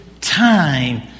time